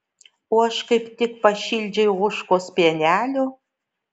o aš kaip tik pašildžiau ožkos pienelio